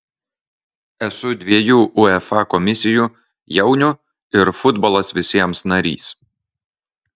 esu dviejų uefa komisijų jaunių ir futbolas visiems narys